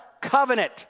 covenant